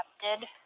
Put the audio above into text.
accepted